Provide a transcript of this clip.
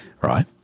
right